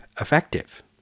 effective